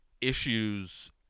issues